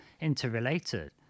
interrelated